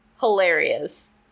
hilarious